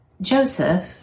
Joseph